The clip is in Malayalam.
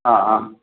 ആ ആ